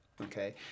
Okay